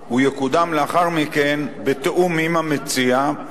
והוא יקודם לאחר מכן בתיאום עם המציע.